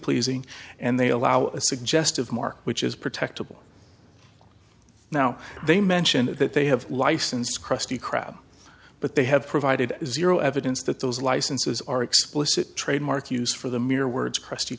pleasing and they allow a suggestive mark which is protected by now they mention that they have license krusty krab but they have provided zero evidence that those licenses are explicit trademark use for the mere words krusty